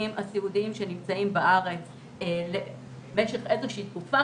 הסיעודיים שנמצאים בארץ למשך איזושהי תקופה,